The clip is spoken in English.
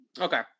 Okay